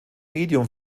medium